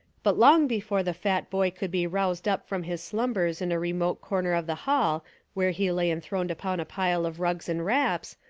but long before the fat boy could be roused up from his slumbers in a remote corner of the hall where he lay enthroned upon a pile of rugs and wraps,